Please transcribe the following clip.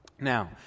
Now